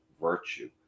virtue